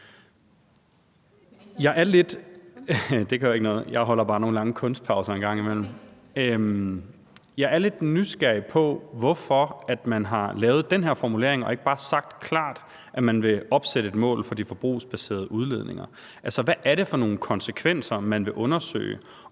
Jeg er lidt nysgerrig på, hvorfor man har lavet den her formulering og ikke bare har sagt klart, at man vil opsætte et mål for de forbrugsbaserede udledninger. Altså, hvad er det for nogle konsekvenser, man vil undersøge?